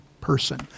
person